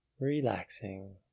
Relaxing